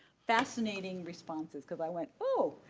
fascinating responses, cause i went, oh!